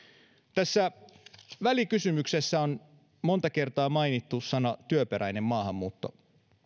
tässä välikysymyksessä on monta kertaa mainittu sana työperäinen maahanmuutto